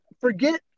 forget